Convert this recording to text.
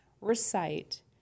recite